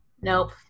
Nope